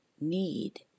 need